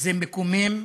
זה מקומם,